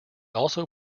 also